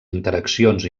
interaccions